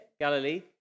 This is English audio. Galilee